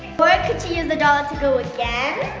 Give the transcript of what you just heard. but could she use the dollar to go again?